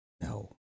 no